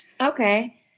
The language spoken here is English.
Okay